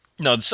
No